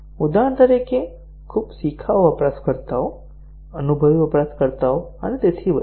ઉદાહરણ તરીકે ખૂબ શિખાઉ વપરાશકર્તાઓ અનુભવી વપરાશકર્તાઓ અને વધુ